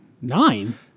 Nine